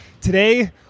Today